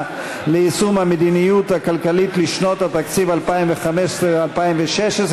ליישום המדיניות הכלכלית לשנות התקציב 2015 ו-2016),